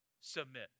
submit